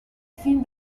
fin